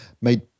made